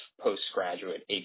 Postgraduate